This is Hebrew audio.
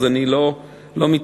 אז אני לא מתחייב,